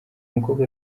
mukobwa